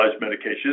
medication